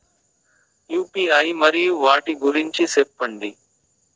UPI మరియు వాటి గురించి సెప్పండి?